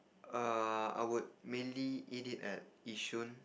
err I would mainly eat it at Yishun